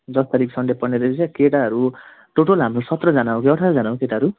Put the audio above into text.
दस तारिक सन्डे पर्नेरहेछ केटाहरू टोटल हामी सत्रजना हो कि अठारजना हो केटाहरू